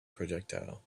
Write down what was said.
projectile